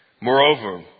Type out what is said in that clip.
Moreover